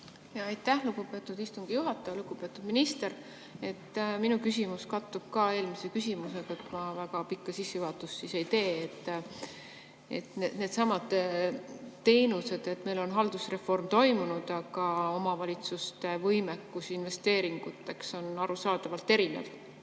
Aitäh, lugupeetud istungi juhataja! Lugupeetud minister! Minu küsimus kattub ka eelmise küsimusega. Ma väga pikka sissejuhatust ei tee. Needsamad teenused. Meil on haldusreform toimunud, aga omavalitsuste võimekus investeeringuteks on arusaadavalt erinev.